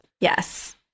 Yes